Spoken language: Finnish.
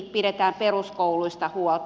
pidetään peruskouluista huolta